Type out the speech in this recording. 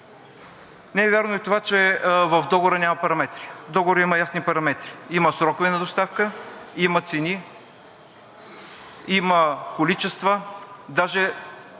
Не е вярно и това, че в договора няма параметри. В договора има ясни параметри – има срокове на доставка, има цени, има количества, даже